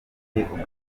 ishuri